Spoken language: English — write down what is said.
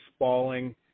spalling